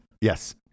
Yes